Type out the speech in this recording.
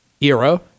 era